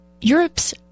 europe's